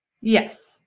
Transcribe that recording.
Yes